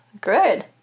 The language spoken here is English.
good